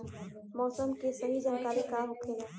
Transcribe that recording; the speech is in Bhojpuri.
मौसम के सही जानकारी का होखेला?